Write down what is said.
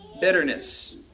Bitterness